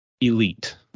elite